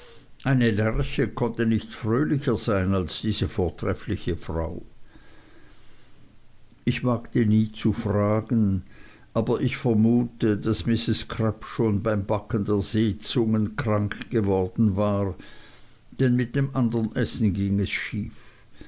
eine lerche konnte nicht fröhlicher sein als diese vortreffliche frau ich wagte nie zu fragen aber ich vermute daß mrs crupp schon beim backen der seezungen krank geworden war denn mit dem andern essen ging es schief